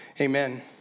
amen